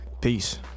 Peace